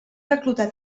reclutar